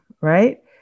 Right